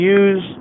use